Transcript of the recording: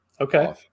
Okay